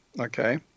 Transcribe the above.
Okay